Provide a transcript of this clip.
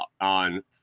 on